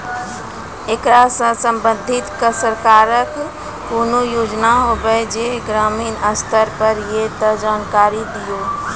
ऐकरा सऽ संबंधित सरकारक कूनू योजना होवे जे ग्रामीण स्तर पर ये तऽ जानकारी दियो?